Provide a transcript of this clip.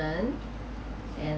investment and